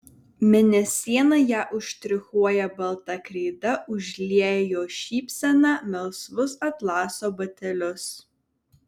mėnesiena ją užštrichuoja balta kreida užlieja jos šypseną melsvus atlaso batelius